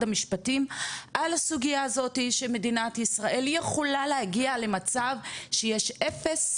המשפטים על הסוגייה הזאתי שמדינת ישראל יכולה להגיע למצב שיש אפס,